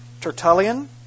Tertullian